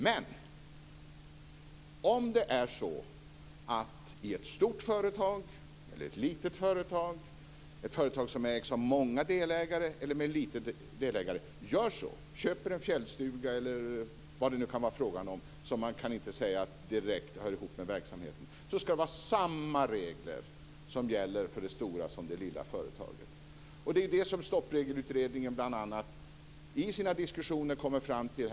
Men om det i ett stort eller ett litet företag - ett företag som ägs av många delägare eller företag som har få delägare - köps en fjällstuga, eller vad det kan vara fråga om, som inte direkt kan sägas höra ihop med verksamheten, ska det vara samma regler som gäller för både det stora och det lilla företaget. Det är det som Stoppregelutredningen bl.a. i sina diskussioner kommit fram till.